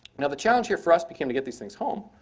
now, the challenge here for us became to get these things home.